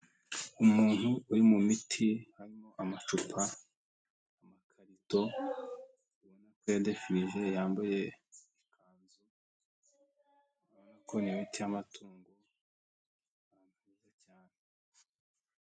Umuntu uri mu miti, harimo amacupa, amakarito, ubona ko yadefirije yambaye ikanzu, kora m'imiti y'amatungo.